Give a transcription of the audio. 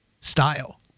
style